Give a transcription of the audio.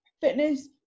fitness